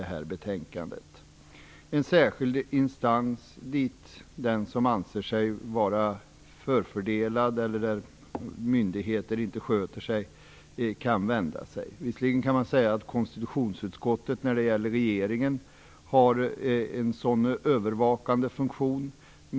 Till en sådan särskild instans kan den vända sig som anser sig vara förfördelad eller som finner att en myndighet inte sköter sig. Visserligen kan man säga att konstitutionsutskottet har en sådan övervakande funktion när det gäller regeringen.